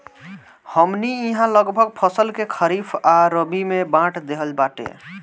हमनी इहाँ लगभग फसल के खरीफ आ रबी में बाँट देहल बाटे